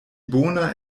bona